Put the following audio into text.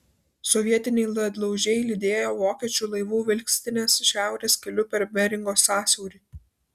sovietiniai ledlaužiai lydėjo vokiečių laivų vilkstines šiaurės keliu per beringo sąsiaurį